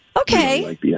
Okay